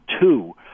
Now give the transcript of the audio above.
two